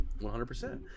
100%